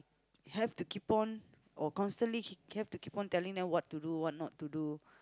have to keep on or constantly have to keep telling them what to do what not to do